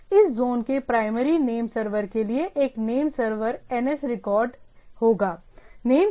इस जॉन के primary name server के लिए एक name server NS record NS record होगा